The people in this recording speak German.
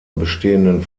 bestehenden